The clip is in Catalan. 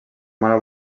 mala